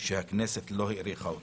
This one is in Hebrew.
אז הכנסת לא האריכה אותו.